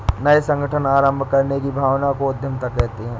नये संगठन आरम्भ करने की भावना को उद्यमिता कहते है